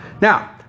Now